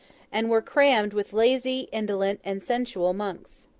and were crammed with lazy, indolent, and sensual monks.